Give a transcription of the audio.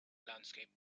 landscape